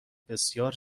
بسیار